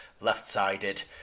left-sided